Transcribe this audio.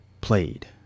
played